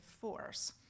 force